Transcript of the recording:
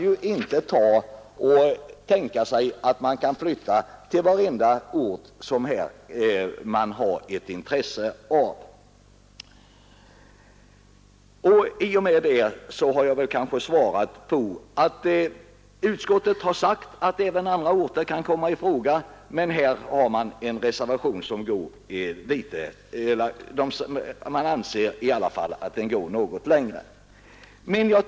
Därför kan man inte tänka sig en utflyttning till alla de orter som har intresse av en sådan här verksamhet. Utskottet har sagt att även andra orter kan komma i fråga, men reservanterna anser tydligen att den reservation som jag här har besvarat går litet längre än så.